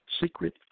Secret